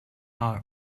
all